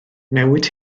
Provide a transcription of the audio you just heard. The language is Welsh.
newid